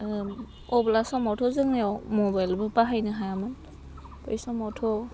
अब्ला समावथ' जोंनियाव मबाइलबो बाहायनो हायामोन बै समावथ'